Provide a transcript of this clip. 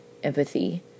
empathy